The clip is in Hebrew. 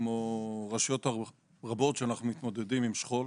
כמו רשויות רבות כשאנחנו מתמודדים עם שכול.